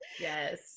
yes